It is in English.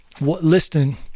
listening